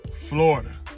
Florida